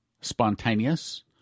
spontaneous